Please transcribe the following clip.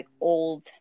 old